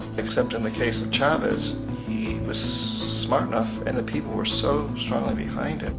except in the case of chavez, he was smart enough and the people were so strongly behind him,